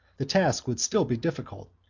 the task would still be difficult,